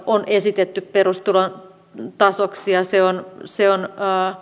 on esitetty perustulon tasoksi se on